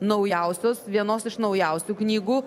naujausios vienos iš naujausių knygų